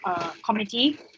community